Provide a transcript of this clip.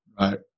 Right